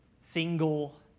single